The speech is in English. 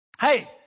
Hey